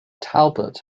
talbot